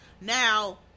now